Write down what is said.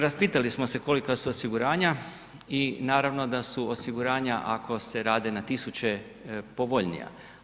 Raspitali smo se kolika su osiguranja i naravno da su osiguranja, ako se rade na tisuće povoljnija.